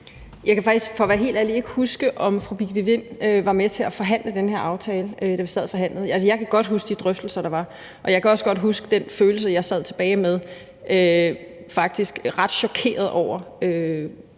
Jeg kan faktisk for at være helt ærlig ikke huske, om fru Birgitte Vind var med til at forhandle den her aftale, da vi sad og forhandlede. Altså, jeg kan godt huske de drøftelser, der var, og jeg kan også godt huske den følelse, jeg sad tilbage med. Jeg var faktisk ret chokeret over